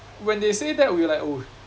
when they say that we were like oh